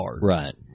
Right